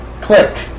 Click